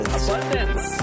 abundance